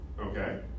Okay